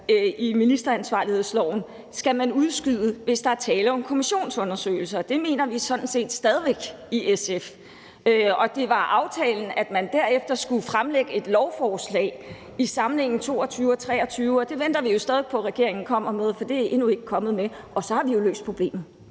i ministeransvarlighedsloven skal man udskyde, hvis der er tale om kommissionsundersøgelser, og det mener vi sådan set stadig væk i SF. Og det var aftalen, at man derefter i samlingen 2022-23 skulle fremsætte et lovforslag, og det venter vi jo stadig væk på at regeringen kommer med, for det er man endnu ikke kommet med, og så har vi jo løst problemet.